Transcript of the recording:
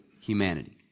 humanity